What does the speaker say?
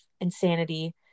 insanity